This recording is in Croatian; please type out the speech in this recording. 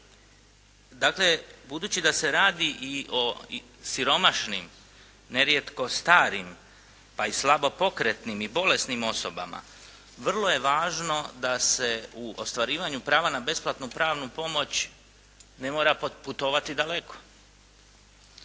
Dakle, budući da se radi i o siromašnim, nerijetko starim pa i slabo pokretnim i bolesnim osobama vrlo je važno da se u ostvarivanju prava na besplatnu pravnu pomoć ne mora putovati daleko.